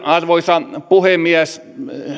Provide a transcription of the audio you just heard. arvoisa puhemies